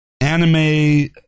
anime